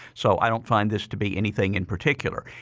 so i don't find this to be anything in particular.